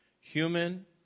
human